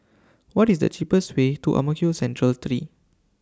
What IS The cheapest Way to Ang Mo Kio Central three